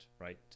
right